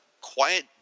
quiet